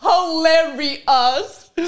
Hilarious